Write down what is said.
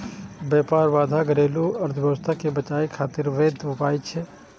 व्यापार बाधा घरेलू अर्थव्यवस्था कें बचाबै खातिर वैध उपाय छियै